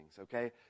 okay